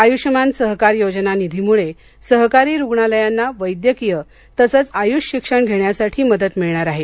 आयुष्मान सहकार योजना निधीमुळे सहकारी रूग्णालयांना वैद्यकीय तसंच आयुष शिक्षण घेण्यासाठी मदत मिळणार आहे